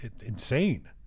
insane